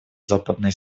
западной